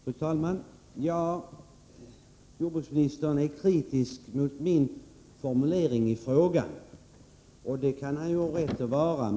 Fru talman! Jordbruksministern är kritisk mot formuleringen i min fråga, och det kan han ju ha rätt att vara.